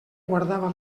guardava